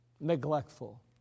neglectful